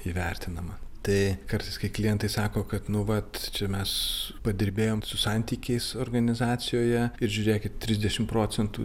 įvertinama tai kartais kai klientai sako kad nu vat čia mes padirbėjom su santykiais organizacijoje ir žiūrėkit trisdešimt procentų